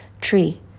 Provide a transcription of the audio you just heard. tree